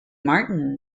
martin